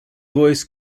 voice